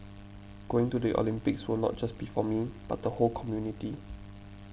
going to the Olympics will not just be for me but the whole community